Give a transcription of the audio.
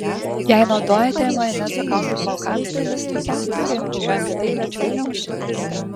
jei naudojate majonezo kaukę plaukams stilistui kęstui rimdžiui apie tai verčiau neužsiminkite